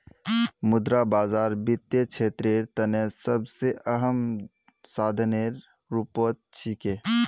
मुद्रा बाजार वित्तीय क्षेत्रेर तने सबसे अहम साधनेर रूपत छिके